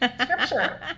scripture